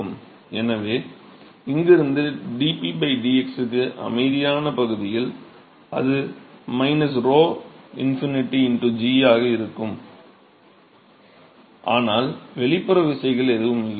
எனவே இங்கிருந்து dp dx க்கு அமைதியான பகுதியில் அது 𝞺∞ g ஆக இருக்க வேண்டும் என்று கூறலாம் ஆனால் வெளிப்புற விசைகள் எதுவும் இல்லை